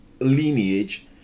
lineage